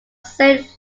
saint